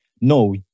No